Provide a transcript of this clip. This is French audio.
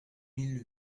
mille